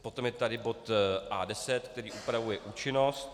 Potom je tady bod A10, který upravuje účinnost.